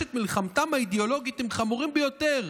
את מלחמתם האידיאולוגית הם חמורים ביותר.